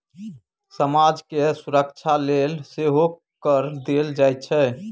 समाज केर सुरक्षाक लेल सेहो कर देल जाइत छै